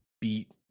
beat